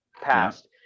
past